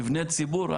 מבני ציבור,